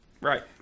right